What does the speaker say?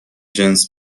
جنس